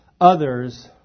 others